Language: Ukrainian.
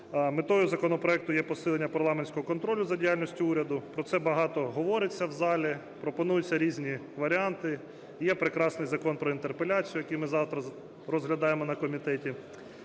Метою законопроекту є посилення парламентського контролю за діяльністю уряду. Про це багато говориться в залі. Пропонуються різні варіанти. Є прекрасний Закон про інтерпеляцію, який ми завтра розглядаємо на комітеті.